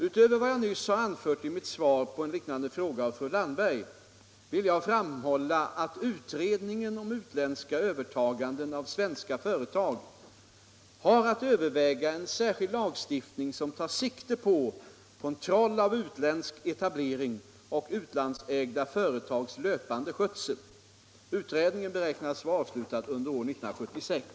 Utöver vad jag nyss har anfört i mitt svar på en liknande fråga av fru Landberg vill jag framhålla att utredningen om utländska övertaganden av svenska företag har att överväga en särskild lagstiftning som tar sikte på kontroll av utländsk etablering och utlandsägda företags löpande skötsel. Utredningen beräknas vara avslutad under år 1976.